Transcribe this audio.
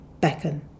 beckon